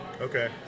Okay